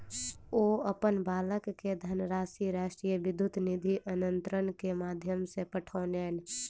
ओ अपन बालक के धनराशि राष्ट्रीय विद्युत निधि अन्तरण के माध्यम सॅ पठौलैन